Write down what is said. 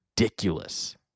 ridiculous